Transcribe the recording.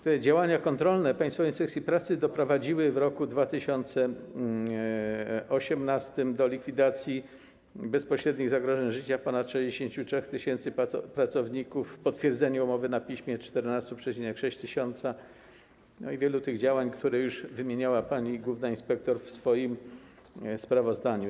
Te działania kontrolne Państwowej Inspekcji Pracy doprowadziły w 2018 r. do likwidacji bezpośrednich zagrożeń życia ponad 63 tys. pracowników, potwierdzenia umowy na piśmie - 14,6 tys. i wielu tych działań, które już wymieniała pani główna inspektor w swoim sprawozdaniu.